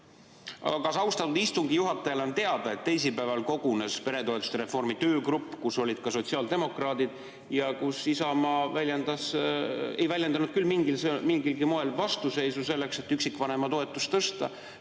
Kas austatud istungi juhatajale on teada, et teisipäeval kogunes peretoetuste reformi töögrupp, kus olid ka sotsiaaldemokraadid ja kus Isamaa ei väljendanud küll mingilgi moel vastuseisu selleks, et üksikvanema toetust tõsta?